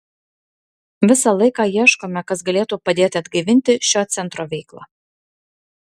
visą laiką ieškome kas galėtų padėti atgaivinti šio centro veiklą